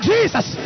Jesus